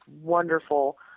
wonderful